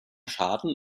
schaden